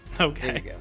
Okay